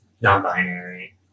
non-binary